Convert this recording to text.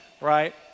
right